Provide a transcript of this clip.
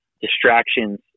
distractions